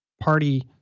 party